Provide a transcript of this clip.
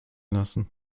lassen